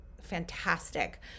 fantastic